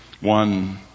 one